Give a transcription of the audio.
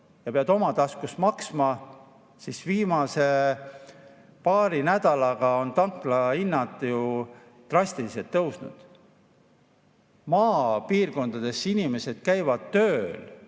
ja pead oma taskust maksma, siis viimase paari nädalaga on tanklahinnad ju drastiliselt tõusnud. Maapiirkondades inimesed käivad tööl